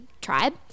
tribe